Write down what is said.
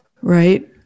Right